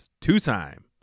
two-time